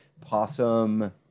possum